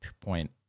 point